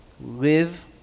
live